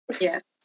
Yes